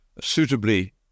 suitably